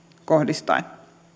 kohdistaen